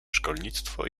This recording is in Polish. szkolnictwo